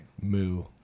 moo